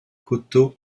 coteaux